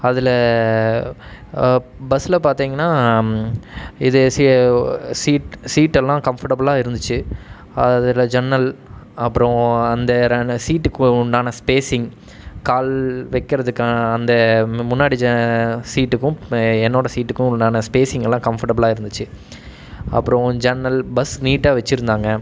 அதில் பஸ்ஸில் பார்த்திங்கனா இது ஸீ ஸீட் ஸீட்டெல்லாம் கம்ஃபர்ட்டபிளாக இருந்துச்சு அதில் ஜன்னல் அப்புறம் அந்தரான ஸீட்டுக்கு உண்டான ஸ்பேசிங் கால் வைக்கிறதுக்கு அந்த முன்னாடி ஜ ஸீட்டுக்கும் என்னோட ஸீட்டுக்கும் உண்டான ஸ்பேசிங்கெலாம் கம்ஃபர்ட்டபிளாக இருந்துச்சு அப்புறம் ஜன்னல் பஸ் நீட்டாக வைச்சுருந்தாங்க